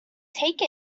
take